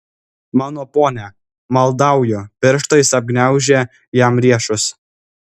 mano pone maldauju pirštais apgniaužė jam riešus